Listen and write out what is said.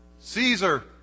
Caesar